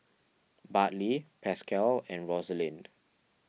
Bartley Pascal and Rosalind